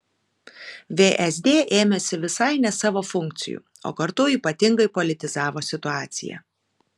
vsd ėmėsi visai ne savo funkcijų o kartu ypatingai politizavo situaciją